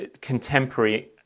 contemporary